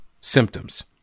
symptoms